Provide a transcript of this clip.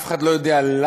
אף אחד לא יודע למה